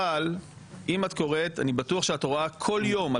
אבל אם את קוראת אני בטוח שאת רואה כל יום,